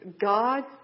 God